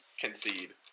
concede